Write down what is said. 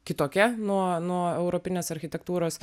kitokia nuo nuo europinės architektūros